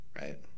right